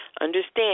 Understand